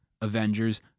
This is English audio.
Avengers